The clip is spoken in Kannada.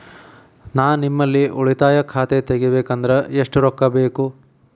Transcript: ನಾ ನಿಮ್ಮಲ್ಲಿ ಉಳಿತಾಯ ಖಾತೆ ತೆಗಿಬೇಕಂದ್ರ ಎಷ್ಟು ರೊಕ್ಕ ಬೇಕು?